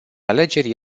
alegeri